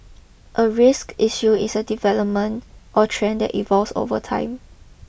a risk issue is a development or trend that evolves over time